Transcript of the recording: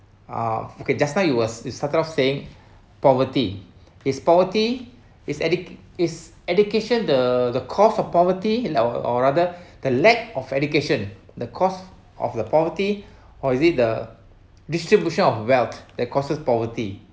uh okay just now you was you started off saying poverty is poverty is educ~ is education the the cause of poverty or or rather the lack of education the cause of the poverty or is it the distribution of wealth that causes poverty